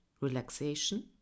relaxation